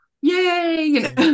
yay